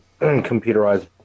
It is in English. computerized